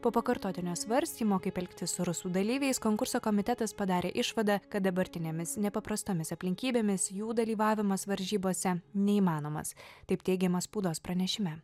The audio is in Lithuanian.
po pakartotinio svarstymo kaip elgtis su rusų dalyviais konkurso komitetas padarė išvadą kad dabartinėmis nepaprastomis aplinkybėmis jų dalyvavimas varžybose neįmanomas taip teigiama spaudos pranešime